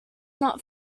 not